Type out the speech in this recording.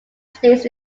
states